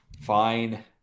Fine